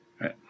Right